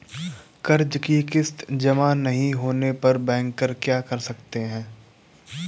कर्ज कि किश्त जमा नहीं होने पर बैंकर क्या कर सकते हैं?